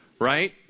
right